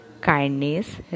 kindness